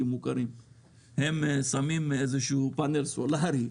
מוכרים הם שמים איזשהו פאנל סולארי,